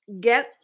get